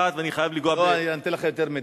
אחת, ואני חייב לנגוע, לא, אני נותן לך יותר מדקה.